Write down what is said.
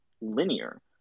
linear